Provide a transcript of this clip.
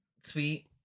sweet